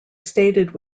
stated